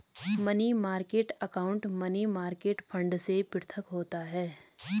money market account money market fund से पृथक होता है